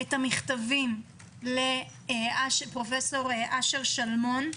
את המכתבים לפרופ' אשר שלמון.